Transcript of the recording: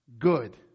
good